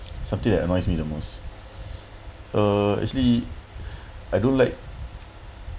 something that annoys me the most uh actually I don't like